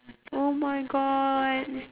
oh my god